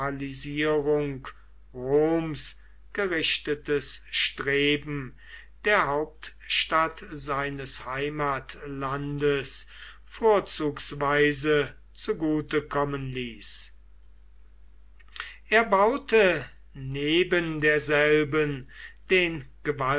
gerichtetes streben der hauptstadt seines heimatlandes vorzugsweise zugute kommen ließ er baute neben derselben den